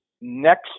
Next